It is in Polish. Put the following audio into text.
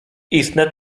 istne